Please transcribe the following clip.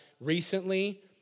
recently